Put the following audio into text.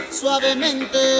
suavemente